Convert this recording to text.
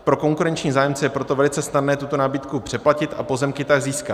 Pro konkurenční zájemce je proto velice snadné tuto nabídku přeplatit a pozemky tak získat.